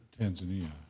Tanzania